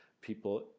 people